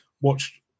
watched